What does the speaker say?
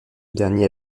dernier